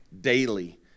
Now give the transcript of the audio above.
daily